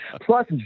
Plus